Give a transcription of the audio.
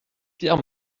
pierre